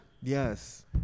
Yes